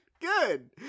Good